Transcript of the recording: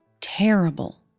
terrible